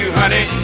honey